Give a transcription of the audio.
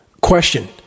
question